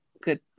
good